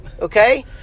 Okay